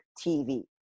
TV